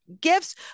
gifts